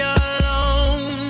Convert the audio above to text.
alone